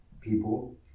people